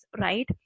right